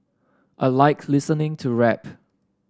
I like listening to rap